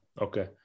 okay